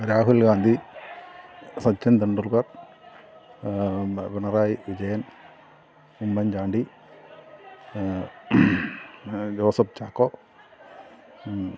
Rahul Gandhi Sachin Tendulkar Pinarayi Vijayan Oommen Chandy Joseph Chacko